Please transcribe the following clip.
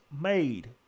made